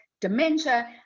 dementia